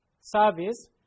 service